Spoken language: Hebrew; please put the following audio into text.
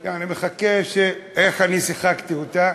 יעני מחכה, איך אני שיחקתי אותה.